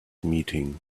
meeting